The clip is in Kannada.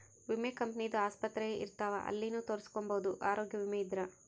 ವಿಮೆ ಕಂಪನಿ ದು ಆಸ್ಪತ್ರೆ ಇರ್ತಾವ ಅಲ್ಲಿನು ತೊರಸ್ಕೊಬೋದು ಆರೋಗ್ಯ ವಿಮೆ ಇದ್ರ